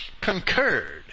concurred